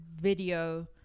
video